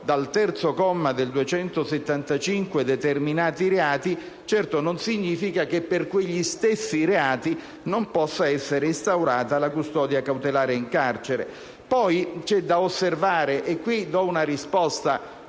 dal terzo comma dell'articolo 275 determinati reati non significa che, per quegli stessi reati, non possa essere instaurata la custodia cautelare in carcere. C'è poi da osservare - e qui do una risposta,